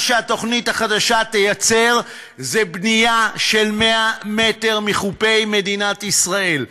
מה שהתוכנית החדשה תייצר זה בנייה 100 מטר מחופי מדינת ישראל.